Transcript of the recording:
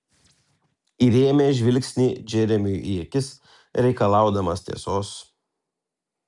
įrėmė žvilgsnį džeremiui į akis reikalaudamas tiesos